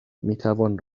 میتوان